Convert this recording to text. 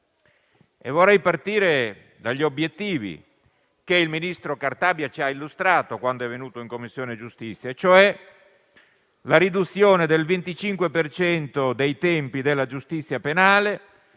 Vorrei partire dagli obiettivi che il ministro Cartabia ci ha illustrato, quando è venuto in Commissione giustizia, cioè la riduzione del 25 per cento dei tempi attuali della giustizia penale